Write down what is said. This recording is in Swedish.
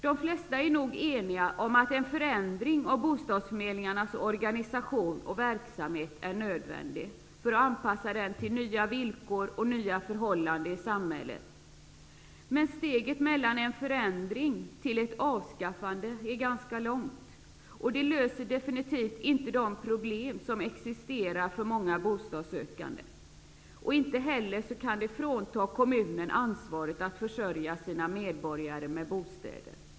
De flesta är nog eniga om att en förändring av bostadsförmedlingarnas organisation och verksamhet är nödvändig för att anpassa dem till nya villkor och nya förhållanden i samhället. Men steget mellan en förändring och ett avskaffande är ganska långt. Ett avskaffande löser definitivt inte de problem som existerar för många bostadsökande. Det kan inte heller frånta kommunen ansvaret att försörja sina medborgare med bostäder.